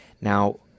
now